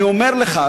אני אומר לך,